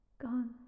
Gone